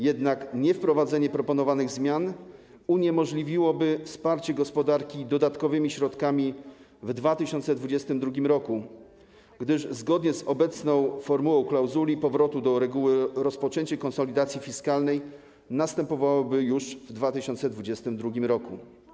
Jednak niewprowadzenie proponowanych zmian uniemożliwiłoby wsparcie gospodarki dodatkowymi środkami w 2022 r., gdyż zgodnie z obecną formułą klauzuli powrotu do reguły rozpoczęcie konsolidacji fiskalnej następowałoby już w 2022 r.